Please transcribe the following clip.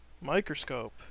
Microscope